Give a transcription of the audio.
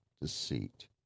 deceit